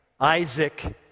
Isaac